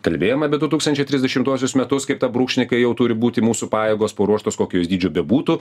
kalbėjom apie du tūkstančiai trisdešimtuosius metus kaip tą brūkšnį kai jau turi būti mūsų pajėgos paruoštos kokios jos dydžio bebūtų